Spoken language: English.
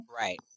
Right